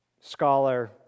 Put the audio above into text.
scholar